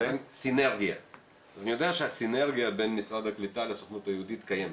אני יודע שהסינרגיה בין משרד הקליטה לסוכנות היהודית קיימת,